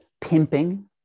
pimping